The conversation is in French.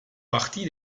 partie